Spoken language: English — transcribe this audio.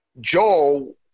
joel